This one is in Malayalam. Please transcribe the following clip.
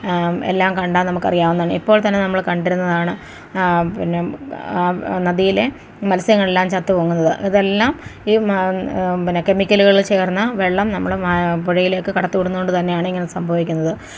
എല്ലാം കണ്ടാൽ നമുക്ക് അറിയാവുന്നതാണ് ഇപ്പോൾ തന്നെ നമ്മള് കണ്ടിരുന്നതാണ് പിന്നെ നദിയിലെ മത്സ്യങ്ങളെല്ലാം ചത്തുപൊങ്ങുന്നത് ഇതെല്ലാം ഈ മ പിന്നെ കെമിക്കലുകള് ചേർന്ന വെള്ളം നമ്മള് പുഴയിലേക്ക് കടത്തിവിടുന്നത് കൊണ്ട് തന്നെയാണ് ഇങ്ങനെ സംഭവിക്കുന്നത്